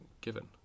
given